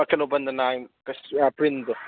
ꯀꯛꯁꯜꯂꯣ ꯕꯟꯗ ꯅꯥꯏꯟ ꯑꯥ ꯄ꯭ꯔꯤꯟꯗꯣ